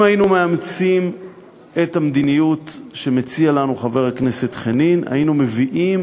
אם היינו מאמצים את המדיניות שמציע לנו חבר הכנסת חנין היינו מביאים